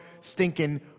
stinking